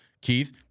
Keith